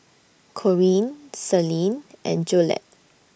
Corine Celine and Jolette